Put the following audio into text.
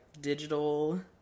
digital